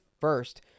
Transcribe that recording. first